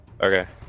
Okay